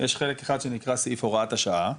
יש חלק אחד שנקרא סעיף הוראת השעה,